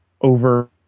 over